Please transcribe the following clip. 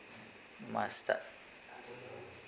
mustard